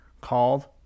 called